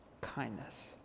Kindness